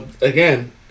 again